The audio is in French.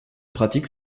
pratique